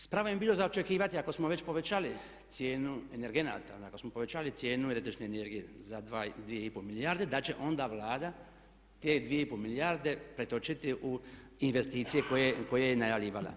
S pravom je bilo za očekivati ako smo već povećali cijenu energenata, ako smo povećali cijenu električne energije za 2 i pol milijarde da će onda Vlada te dvije i pol milijarde pretočiti u investicije koje je najavljivala.